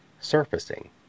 surfacing